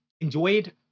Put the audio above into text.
enjoyed